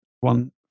one